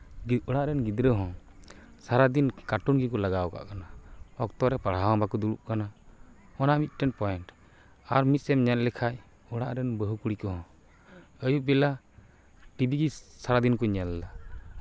ᱵᱤᱨ ᱚᱲᱟᱜ ᱨᱮᱱ ᱜᱤᱫᱽᱨᱟᱹ ᱦᱚᱸ ᱥᱟᱨᱟᱫᱤᱱ ᱠᱟᱴᱩᱱ ᱜᱮᱠᱚ ᱞᱟᱜᱟᱣ ᱠᱟᱜ ᱠᱟᱱᱟ ᱚᱠᱛᱚᱨᱮ ᱯᱟᱲᱦᱟᱣ ᱦᱚᱸ ᱵᱟᱝ ᱠᱚ ᱫᱩᱲᱩᱵ ᱠᱟᱱᱟ ᱚᱱᱟ ᱢᱤᱫᱴᱮᱱ ᱯᱚᱭᱮᱱᱴ ᱟᱨ ᱢᱤᱫ ᱥᱮᱫ ᱮᱢ ᱧᱮᱞ ᱞᱮᱠᱷᱟᱱ ᱚᱲᱟᱜ ᱨᱮᱱ ᱵᱟᱹᱦᱩ ᱠᱩᱲᱤ ᱠᱚᱦᱚᱸ ᱟᱹᱭᱩᱵ ᱵᱮᱞᱟ ᱴᱤᱵᱷᱤ ᱥᱟᱨᱟᱫᱤᱱ ᱠᱚ ᱧᱮᱞ ᱫᱟ